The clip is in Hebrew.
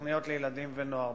בתוכניות לילדים ונוער,